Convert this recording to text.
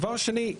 דבר שני,